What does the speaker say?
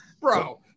Bro